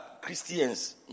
Christians